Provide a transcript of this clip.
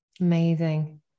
amazing